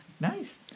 Nice